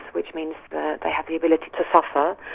which means that they have the ability to suffer,